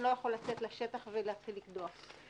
לא יכול לצאת לשטח ולהתחיל לקדוח.